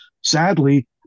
sadly